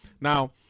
now